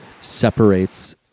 Separates